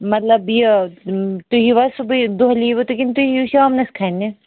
مَطلَب یہِ تُہۍ ییٖو حظ صُبحٲے دۄہلہِ ییٖوٕ تُہۍ کِنہٕ تُہۍ یِیِو شامنَس کھَننہِ